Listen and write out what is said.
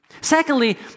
Secondly